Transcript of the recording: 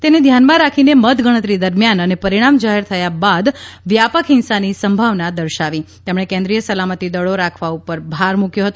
તેને ધ્યાનમાં રાખીને મતગણતરી દરમિયાન અને પરિણામ જાહેર થયા બાદ વ્યાપક હીંસાની સંભાવના દર્શાવી તેમણે કેન્દ્રિય સલામતિદળો રાખવા પર ભાર મૂક્યો હતો